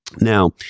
Now